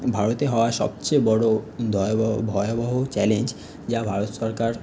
ভারতে হওয়া সবচেয়ে বড়ো ভয়াবহ ভয়াবহ চ্যালেঞ্জ যা ভারত সরকার